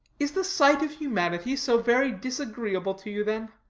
is the sight of humanity so very disagreeable to you then?